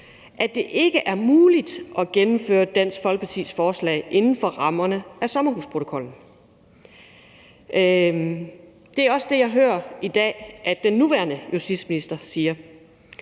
at det ikke er muligt at gennemføre Dansk Folkepartis forslag inden for rammerne af sommerhusprotokollen. Det er også det, jeg hører at den nuværende justitsminister siger